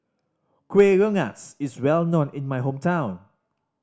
Kuih Rengas is well known in my hometown